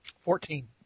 Fourteen